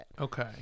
okay